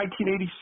1986